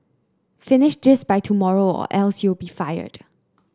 finish this by tomorrow or else you'll be fired